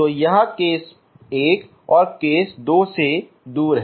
तो यह केस 1 और केस 2 से दूर है